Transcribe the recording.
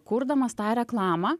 kurdamas tą reklamą